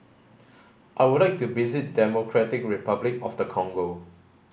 I would like to visit Democratic Republic of the Congo